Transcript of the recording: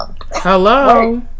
hello